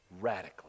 radically